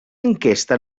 enquesta